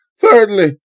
thirdly